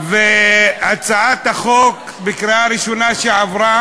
והצעת החוק, שעברה